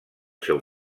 seu